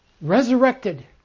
resurrected